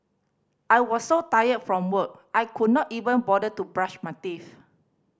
I was so tired from work I could not even bother to brush my teeth